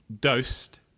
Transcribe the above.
Dosed